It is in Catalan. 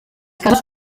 cases